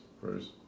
first